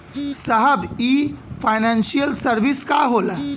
साहब इ financial service का होला?